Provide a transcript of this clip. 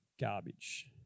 garbage